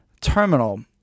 Terminal